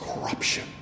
corruption